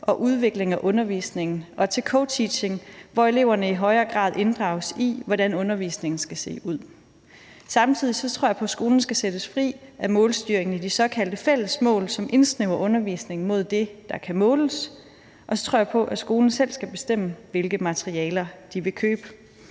og udvikling af undervisningen og til co-teaching, hvor eleverne i højere grad inddrages i, hvordan undervisningen skal se ud. Samtidig tror jeg på, at skolen skal sættes fri af målstyringen i de såkaldte fælles mål, som indsnævrer undervisningen mod det, der kan måles, og så tror jeg på, at skolen selv skal bestemme, hvilke materialer de vil købe.